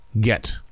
get